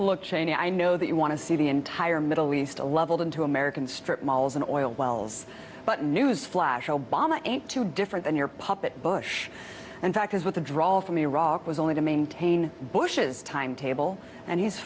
look cheney i know that you want to see the entire middle east a leveled in two american strip malls and oil wells but newsflash obama ain't too different than your puppet bush and fact is what the draw from iraq was only to maintain bush's timetable and he's